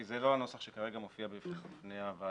כי זה לא הנוסח שכרגע מופיע בפני הוועדה,